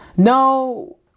No